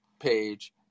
page